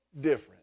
different